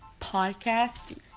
podcast